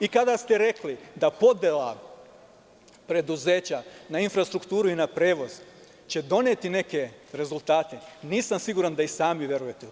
I kada ste rekli da podela preduzeća na infrastrukturu i na prevoz će doneti neke rezultate, nisam siguran da i sami verujete u to.